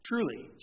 truly